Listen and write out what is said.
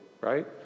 right